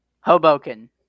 Hoboken